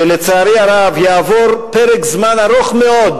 אני רוצה לומר לך שלצערי הרב יעבור פרק זמן ארוך מאוד